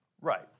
Right